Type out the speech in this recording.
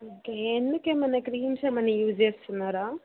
okay ఎందుకేమన్నా creams ఏమన్నా use చేస్తున్నారా